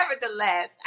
nevertheless